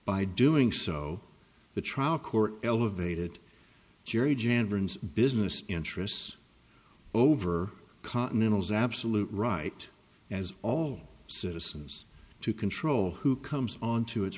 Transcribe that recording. by doing so the trial court elevated jury gender and business interests over continentals absolute right as all citizens to control who comes onto its